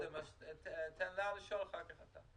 היא שאלה קודם אז ניתן לה לשאול ואחר כך אתה.